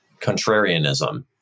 contrarianism